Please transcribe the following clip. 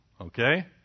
Okay